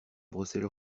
brossaient